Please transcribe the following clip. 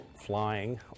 flying